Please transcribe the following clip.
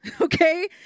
okay